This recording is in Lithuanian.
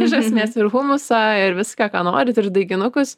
iš esmės ir humusą ir viską ką norit ir daiginus